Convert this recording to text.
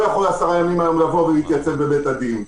לא יכול עשרה ימים לבוא ולהתייצב בבית הדין.